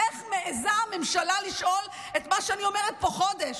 איך מעיזה הממשלה לשאול את מה שאני אומרת פה חודש?